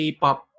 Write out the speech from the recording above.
K-pop